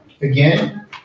Again